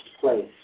place